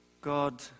God